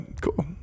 cool